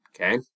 okay